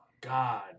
God